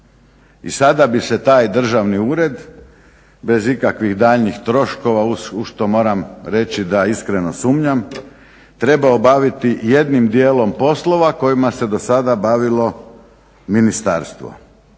I sada bi se taj državni ured bez ikakvih daljnjih troškova, u što moram reći da iskreno sumnjam, trebao baviti jednim dijelom poslova kojima se do sada bavilo ministarstvo.